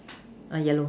uh yellow